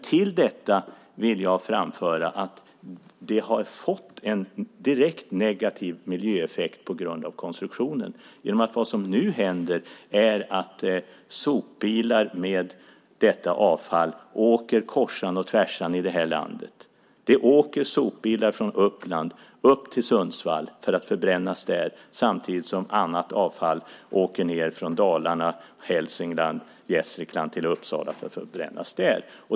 Till detta vill jag framföra att skatten har fått en direkt negativ miljöeffekt på grund av konstruktionen. Vad som nu händer är att sopbilar med detta avfall åker kors och tvärs i landet. Sopbilar åker från Uppland upp till Sundsvall för att förbränna avfall där samtidigt som annat avfall åker ned från Dalarna, Hälsingland och Gästrikland till Uppsala för att förbrännas där.